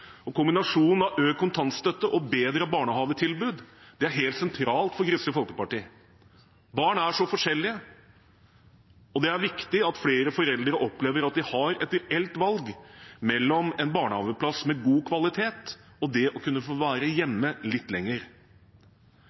av økt kontantstøtte og bedre barnehagetilbud er helt sentral for Kristelig Folkeparti. Barn er så forskjellige, og det er viktig at flere foreldre opplever at de har et reelt valg mellom en barnehageplass med god kvalitet og å kunne få være hjemme litt lenger.